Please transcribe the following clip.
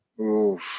Oof